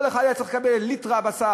כל אחד היה צריך לקבל ליטרה בשר,